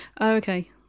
Okay